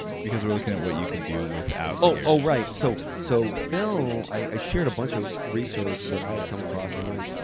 because we're looking at what you could do without gear. oh, right. so so phil, i shared a bunch of research that i had come across and then